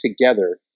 together